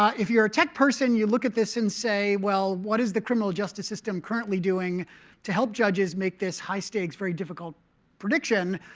ah if you're a tech person, you look at this and say, well, what is the criminal justice system currently doing to help judges make this high-stakes very difficult prediction?